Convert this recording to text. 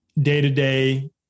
day-to-day